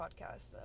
podcast